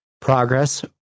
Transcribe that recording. progress